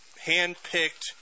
hand-picked